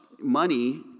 money